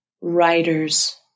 writers